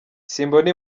simbona